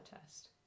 test